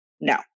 no